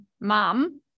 mom